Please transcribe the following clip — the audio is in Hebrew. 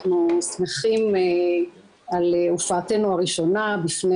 אנחנו שמחים על הופעתנו הראשונה בפני